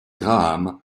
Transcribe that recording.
graham